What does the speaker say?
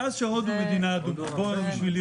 ירון בן גרא, עמותת "אהבה", בבקשה.